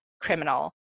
criminal